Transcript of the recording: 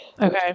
Okay